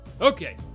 Okay